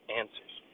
answers